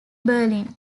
berlin